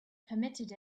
permitted